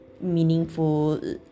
meaningful